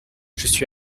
suis